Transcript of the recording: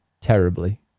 terribly